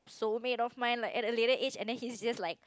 soulmate of mine like at a later age and then he's just like